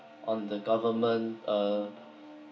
on the government uh